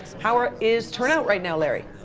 how ah is turn-out right now, larry?